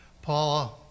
Paula